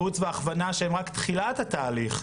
ייעוץ והכוונה שהם רק תחילת התהליך.